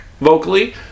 vocally